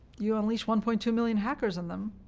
you unleash one point two million hackers on them,